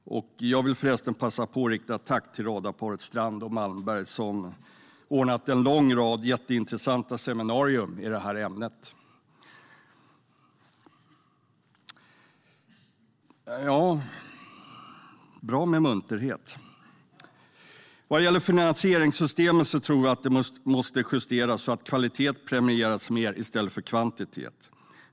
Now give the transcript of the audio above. Jag vill förresten passa på att rikta ett tack till radarparet Strand och Malmberg, som ordnat en lång rad jätteintressanta seminarier om det här ämnet. Flera ledamöter i kammaren ser roade ut. Det är bra med munterhet! Finansieringssystemet tror vi måste justeras, så att kvalitet premieras mer i stället för kvantitet.